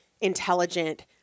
intelligent